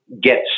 get